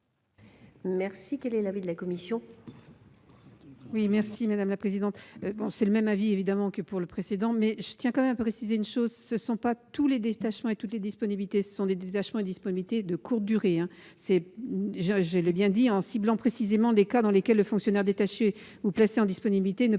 ? Quel est l'avis de la commission ?